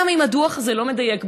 גם אם הדוח הזה לא מדייק,